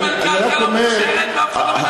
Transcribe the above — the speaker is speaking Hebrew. בונים על קרקע לא מוכשרת, ואף אחד לא מדבר.